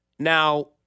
Now